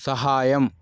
సహాయం